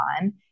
on